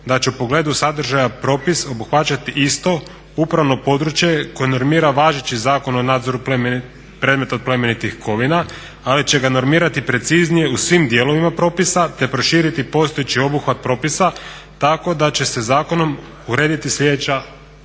da će u pogledu sadržaja propis obuhvaćati isto upravno područje koje normira važeći Zakon o nadzoru predmeta od plemenitih kovina, ali će ga normirati preciznije u svim dijelovima propisa te proširiti postojeći obuhvat propisa tako da će se zakonom urediti sljedeća